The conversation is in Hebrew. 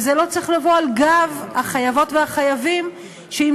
וזה לא צריך לבוא על גב החייבות והחייבים שימצאו